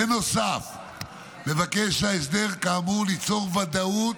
בנוסף מבקש ההסדר כאמור ליצור ודאות